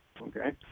okay